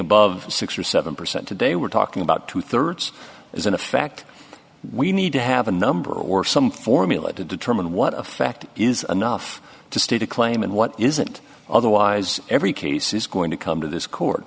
above six or seven percent today we're talking about two thirds is in effect we need to have a number or some formula to determine what effect is enough to state a claim and what isn't otherwise every case is going to come to this court